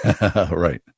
Right